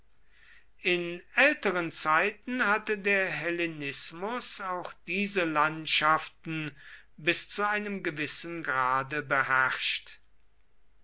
in älteren zeiten hatte der hellenismus auch diese landschaften bis zu einem gewissen grade beherrscht